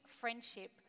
friendship